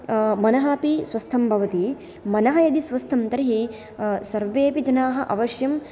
मनः अपि स्वस्थं भवति मनः यदि स्वस्थं तर्हि सर्वेपि जनाः अवश्यं